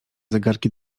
zegarki